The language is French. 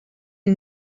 est